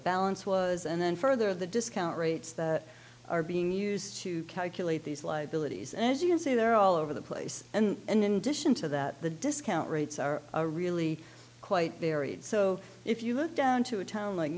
balance was and then further the discount rates that are being used to calculate these liabilities as you can see they're all over the place and in dition to that the discount rates are really quite varied so if you look down to a town like